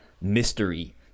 mystery